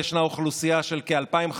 זה אלי,